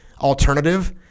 alternative